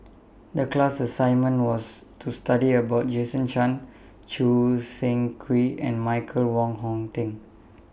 The class assignment was to study about Jason Chan Choo Seng Quee and Michael Wong Hong Teng